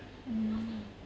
mm